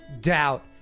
doubt